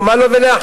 או מה לו ולאחיו?